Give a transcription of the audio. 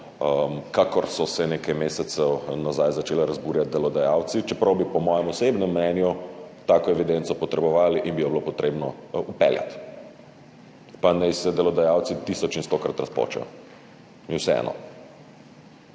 kakor so se nekaj mesecev nazaj začeli razburjati delodajalci, čeprav bi po mojem osebnem mnenju tako evidenco potrebovali in bi jo bilo treba vpeljati, pa naj se delodajalci tisoč in stokrat razpočijo. Mi je vseeno.